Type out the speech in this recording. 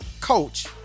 coach